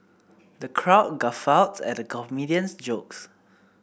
the crowd guffawed at the comedian's jokes